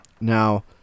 Now